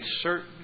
certain